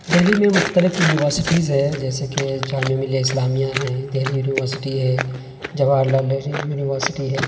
دہلی میں مختلف یونیورسٹیز ہیں جیسے کہ جامعہ ملیہ اسلامیہ ہے دہلی یونیورسٹی ہے جواہر لعل یونیورسٹی ہے